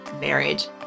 marriage